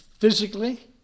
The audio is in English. Physically